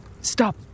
stop